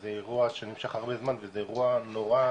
זה אירוע שנמשך הרבה זמן, וזה אירוע נורא